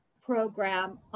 program